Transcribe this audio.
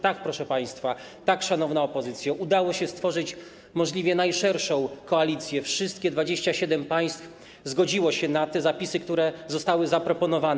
Tak, proszę państwa, tak, szanowna opozycjo, udało się stworzyć możliwie najszerszą koalicję: wszystkie 27 państw zgodziło się na te zapisy, które zostały zaproponowane.